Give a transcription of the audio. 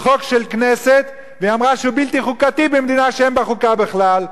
חוק של הכנסת ואמרה שהוא בלתי חוקתי במדינה שאין בה חוקה בכלל.